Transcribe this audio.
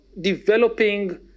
Developing